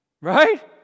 Right